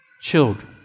Children